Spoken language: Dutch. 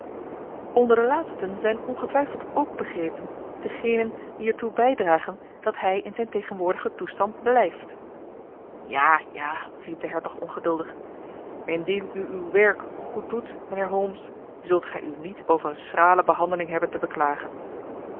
onder de laatsten zijn ongetwijfeld ook begrepen degenen die er toe bijdragen dat hij in zijn tegenwoordigen toestand blijft ja ja riep de hertog ongeduldig indien u uw werk goed doet mijnheer holmes zult gij u niet over een schrale behandeling hebben te beklagen